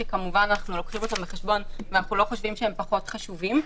שאנחנו כמובן לוקחים אותם בחשבון ואנחנו לא חושבים שהם פחות חשובים,